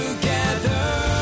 together